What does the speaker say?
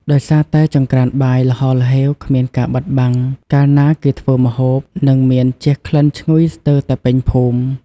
ដោយសារតែចង្រ្កានបាយល្ហល្ហេវគ្មានការបិទបាំង កាលណាគេធ្វើម្ហូប នឹងមានជះក្លិនឈ្ងុយស្ទើរតែពេញមួយភូមិ។